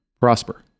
prosper